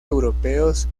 europeos